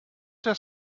their